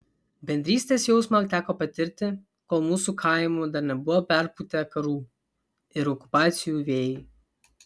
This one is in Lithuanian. bendrystės jausmą teko patirti kol mūsų kaimų dar nebuvo perpūtę karų ir okupacijų vėjai